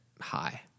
high